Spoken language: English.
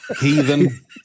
Heathen